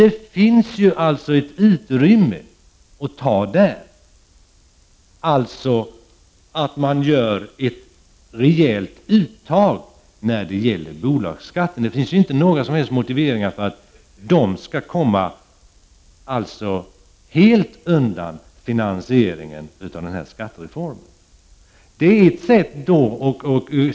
Det finns således ett utrymme att ta av där. Man kan göra ett rejält uttag när det gäller bolagsskatt. Det finns ingen motivering för att den delen skall komma undan finansieringen av skattereformen.